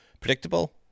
Predictable